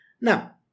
Now